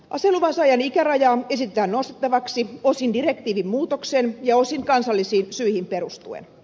aseluvan saajan ikärajaa esitetään nostettavaksi osin direktiivin muutokseen ja osin kansallisiin syihin perustuen